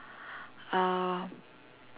uh